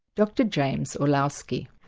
dr james orlowski.